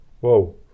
whoa